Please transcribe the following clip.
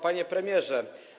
Panie Premierze!